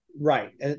right